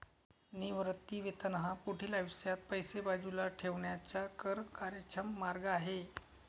निवृत्ती वेतन हा पुढील आयुष्यात पैसे बाजूला ठेवण्याचा कर कार्यक्षम मार्ग आहे